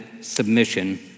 submission